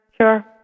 Sure